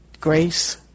Grace